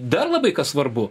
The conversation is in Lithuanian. dar labai svarbu